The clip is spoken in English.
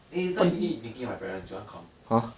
eh later I go eat genki with my parents you want to come